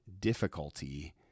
difficulty